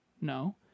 No